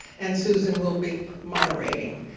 and susan will be moderating.